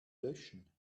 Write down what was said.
löschen